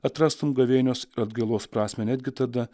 atrastum gavėnios ir atgailos prasmę netgi tada